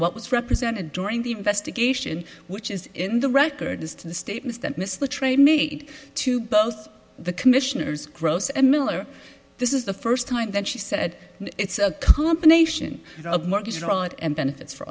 what was represented during the investigation which is in the records to the statements that miss the train made to both the commissioners gross and miller this is the first time that she said it's a combination of mortgage fraud and benefits for